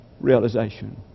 realization